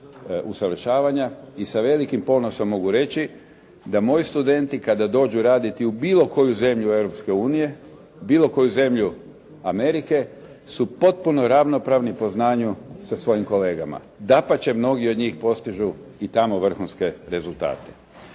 usavršavanja i sa velikim ponosom mogu reći da moji studenti kada dođu raditi u bilo koju zemlju Europske unije, bilo koju zemlju Amerike su potpuno ravnopravni po znanju sa svojim kolegama. Dapače mnogi od njih postižu i tamo vrhunske rezultate.